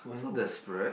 so desperate